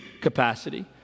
capacity